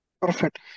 Perfect